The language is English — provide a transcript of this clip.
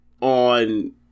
on